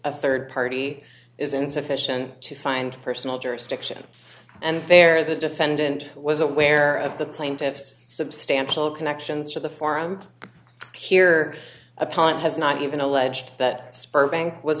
a rd party is insufficient to find personal jurisdiction and there the defendant was aware of the plaintiff's substantial connections for the forum here upon has not even alleged that sperm bank was